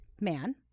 man